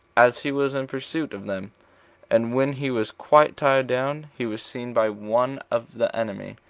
as he was in pursuit of them and when he was quite tired down, he was seen by one of the enemy,